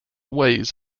ways